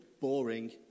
boring